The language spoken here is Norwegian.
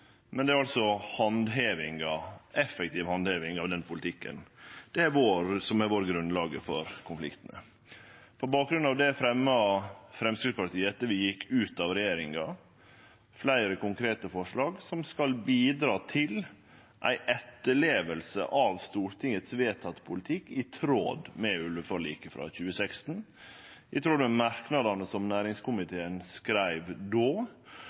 men det er altså effektiv handheving av den politikken som har vore grunnlaget for konflikten. På bakgrunn av det fremja Framstegspartiet, etter at vi gjekk ut av regjeringa, fleire konkrete forslag som skal bidra til ei etterleving av Stortingets vedtekne politikk, i tråd med ulveforliket frå 2016, i tråd med merknadene næringskomiteen skreiv då, og i tråd med dei føringane som